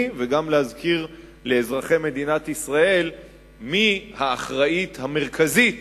וגם להזכיר לאזרחי מדינת ישראל מי האחראית המרכזית